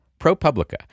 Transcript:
ProPublica